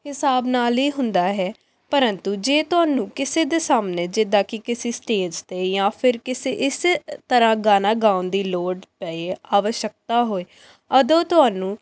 ਹਿਸਾਬ ਨਾਲ ਹੀ ਹੁੰਦਾ ਹੈ ਪਰੰਤੂ ਜੇ ਤੁਹਾਨੂੰ ਕਿਸੇ ਦੇ ਸਾਹਮਣੇ ਜਿੱਦਾਂ ਕਿ ਕਿਸੀ ਸਟੇਜ 'ਤੇ ਜਾਂ ਫਿਰ ਕਿਸੇ ਇਸ ਤਰ੍ਹਾਂ ਗਾਣਾ ਗਾਉਣ ਦੀ ਲੋੜ ਪਏ ਆਵਸ਼ਕਤਾ ਹੋਏ ਉਦੋਂ ਤੁਹਾਨੂੰ